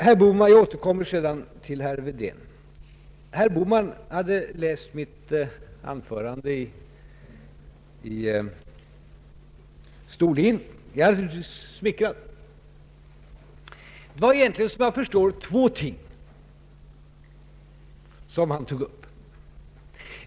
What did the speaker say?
Herr Bohman — jag återkommer senare till herr Helén — hade läst det anförande jag höll i Storlien. Jag är naturligtvis smickrad. Det var egentligen, såvitt jag förstår, två ting som han tog upp.